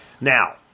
Now